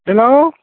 hello